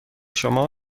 شما